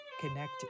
connect